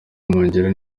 mungire